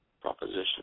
proposition